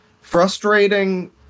frustrating